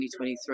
2023